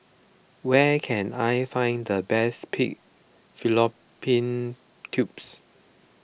where can I find the best Pig Fallopian Tubes